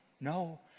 no